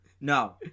No